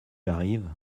arrive